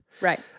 Right